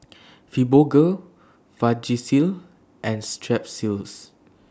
Fibogel Vagisil and Strepsils